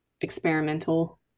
experimental